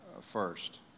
first